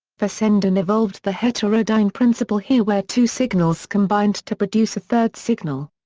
fessenden evolved the heterodyne principle here where two signals combined to produce a third signal.